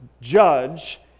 judge